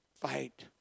fight